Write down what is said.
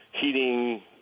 heating